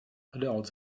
adults